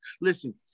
Listen